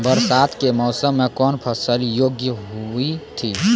बरसात के मौसम मे कौन फसल योग्य हुई थी?